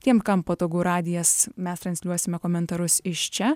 tiem kam patogu radijas mes transliuosime komentarus iš čia